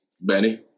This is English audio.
Benny